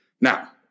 Now